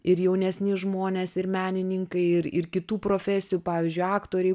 ir jaunesni žmonės ir menininkai ir ir kitų profesijų pavyzdžiui aktoriai